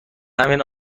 همین